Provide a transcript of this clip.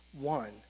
one